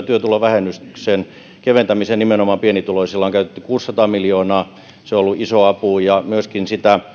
työtulovähennyksen keventämiseen nimenomaan pienituloisilla on käytetty kuusisataa miljoonaa se on ollut iso apu ja myöskin